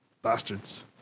Bastards